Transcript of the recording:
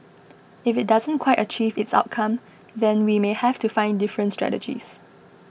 if it doesn't quite achieve its outcome then we may have to find different strategies